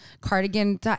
cardigan